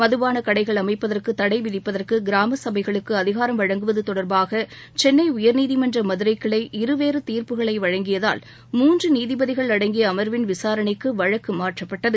மதுபான கடைகள் அமைப்பதற்கு தடை விதிப்பதற்கு கிராம கடைகளுக்கு அதிகாரம் வழங்குவது தொடர்பாக சென்னை உயர்நீதிமன்ற மதுரை கிளை இருவேறு தீர்ப்புகளை வழங்கியதால் மூன்று நீதிபதிகள் அடங்கிய அமர்வின் விசாரணைக்கு வழக்கு மாற்றப்பட்டது